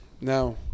No